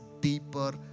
deeper